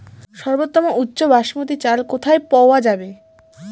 সর্বোওম উচ্চ বাসমতী চাল কোথায় পওয়া যাবে?